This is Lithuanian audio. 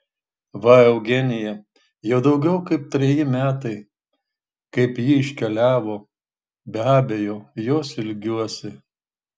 va eugenija jau daugiau kaip treji metai kaip ji iškeliavo be abejo jos ilgiuosi